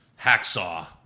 Hacksaw